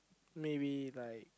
maybe like